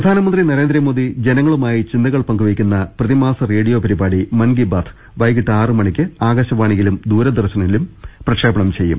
പ്രധാനമന്ത്രി നരേന്ദ്രമോദി ജനങ്ങളുമായി ചിന്തകൾ പങ്കുവെ യ്ക്കുന്ന പ്രതിമാസ റേഡിയോ പരിപാടി മൻകിബാത്ത് വൈകിട്ട് ആറ് മണിക്ക് ആകാശവാണിയിലും ദൂരദർശനിലും പ്രക്ഷേപണം ചെയ്യും